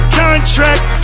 contract